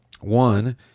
One